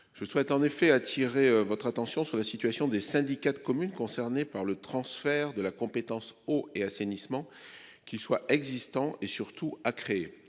Je souhaite en effet attirer votre attention sur la situation des syndicats de communes concernées par le transfert de la compétence eau et assainissement. Qui soit existants et surtout à créer